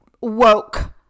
woke